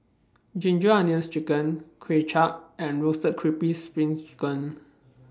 Ginger Onions Chicken Kuay Chap and Roasted Crispy SPRING Chicken